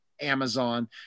Amazon